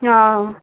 ஆ